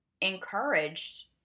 encouraged